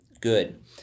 good